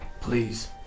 Please